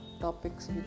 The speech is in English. topics